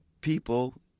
people